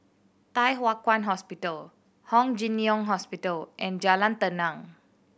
Thye Hua Kwan Hospital Hong Jim Jiong Hospital and Jalan Tenang